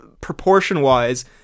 proportion-wise